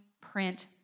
print